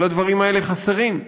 כל הדברים האלה חסרים.